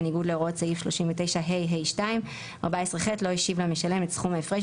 בניגוד להוראות סעיף 39ה(ה)(2); (14ח) לא השיב למשלם את סכום ההפרש,